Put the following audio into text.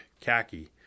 khaki